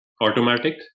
automatic